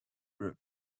shrubs